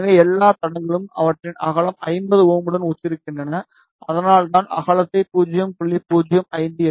எனவே எல்லா தடங்களும் அவற்றின் அகலம் 50Ω உடன் ஒத்திருக்கின்றன அதனால்தான் அகலத்தை 0